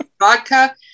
vodka